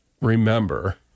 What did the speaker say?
remember